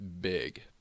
big